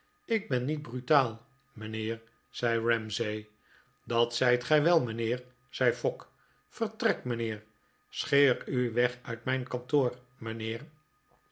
ik ben niet brutaal mijnheer zei ramsay dat zijt gij wel mijnheer zei fogg vertrek mijnheerl scheer u weg uit mijn kantoor